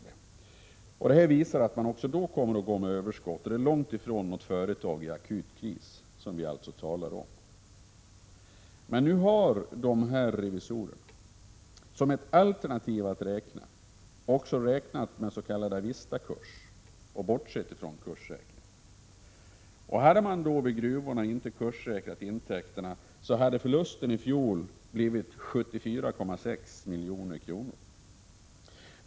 De här siffrorna visar att gruvdivisionen också då kommer att gå med överskott. Det är alltså långt ifrån något företag i akut kris som vi talar om. Nu har revisorerna som ett alternativ att räkna till avistakurs och således bortse från kurssäkringen. Hade gruvdivisionen inte kurssäkrat sina intäkter, hade förlusten i fjol blivit 74,6 milj.kr.